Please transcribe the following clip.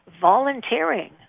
volunteering